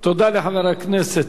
תודה לחבר הכנסת